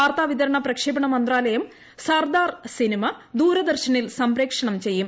വാർത്താ വിതരണ പ്രക്ഷേപണ മന്ത്രാലയം സർദാർ സിനിമ ദൂരദർശനിൽ സംപ്രേക്ഷണം ചെയ്യും